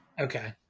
Okay